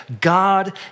God